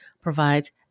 provides